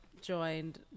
joined